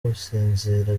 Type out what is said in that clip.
gusinzira